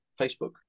Facebook